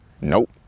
Nope